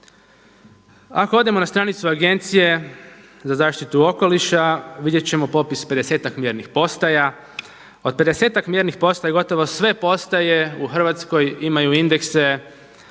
Ako odemo na stranicu Agencije za zaštitu okoliša vidjet ćemo popis pedesetak mjernih postaja. Od pedesetak mjernih postaja gotovo sve postaje u Hrvatskoj imaju indekse